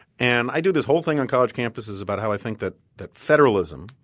and i do this whole thing on college campuses about how i think that that federalism